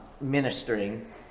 ministering